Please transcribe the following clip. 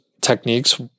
techniques